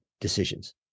decisions